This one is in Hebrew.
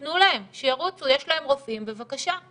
תנו להם, שירוצו, יש להם רופאים, בבקשה.